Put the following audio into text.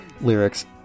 lyrics